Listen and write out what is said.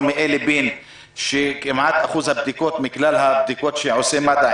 מאלי בין שכמעט אחוז הבדיקות מכלל הבדיקות שעושה מד"א,